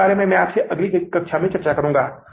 तो वह आय विवरण अगली कक्षा में तैयार करेंगे